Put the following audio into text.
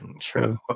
True